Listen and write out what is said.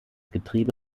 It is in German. getriebe